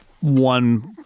one